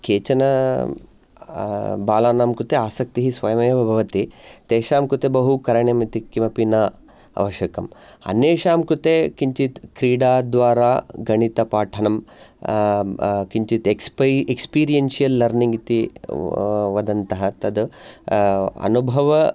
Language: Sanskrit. केचन बालानां कृते आसक्तिः स्वयमेव भवति तेषां कृते बहु करणीयम् इति किम् अपि न आवश्यकम् अन्येषां कृते किञ्चित् क्रीडाद्वारा गणितपाठनं किञ्चिद् एक्स एक्सपीरियेन्शियल् लर्निङ्ग इति वदन्तः तद अनुभव